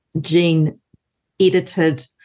gene-edited